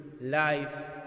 life